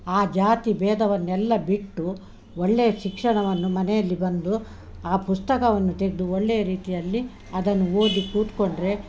ಆ ಜಾತಿ ಭೇದವನ್ನೆಲ್ಲ ಬಿಟ್ಟು ಒಳ್ಳೆಯ ಶಿಕ್ಷಣವನ್ನು ಮನೆಯಲ್ಲಿ ಬಂದು ಆ ಪುಸ್ತಕವನ್ನು ತೆಗೆದು ಒಳ್ಳೆಯ ರೀತಿಯಲ್ಲಿ ಅದನ್ನು ಓದಿ ಕೂತ್ಕೊಂಡರೆ